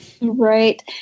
Right